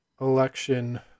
election